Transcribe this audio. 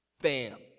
bam